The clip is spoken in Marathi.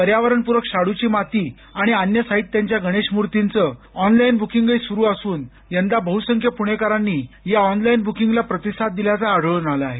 पर्यावरणप्रक शाडूची माती आणि अन्य साहित्याच्या गणेश मूर्तीचं ऑनलाईन बुकिंगही सुरु असून यंदा बहुसंख्य पुणेकरांनी या ऑनलाईन बुकिंगला प्रतिसाद दिल्याचं आढळून आलं आहे